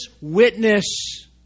witness